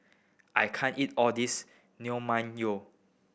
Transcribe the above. I can't eat all this Naengmyeon